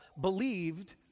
believed